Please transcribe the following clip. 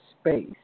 space